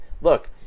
look